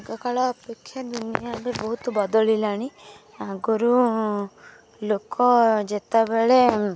ଆଗକାଳ ଅପେକ୍ଷା ଦୁନିଆ ଏବେ ବହୁତ ବଦଳିଲାଣି ଆଗରୁ ଲୋକ ଯେତେବେଳେ